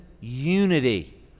unity